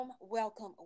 welcome